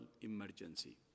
emergency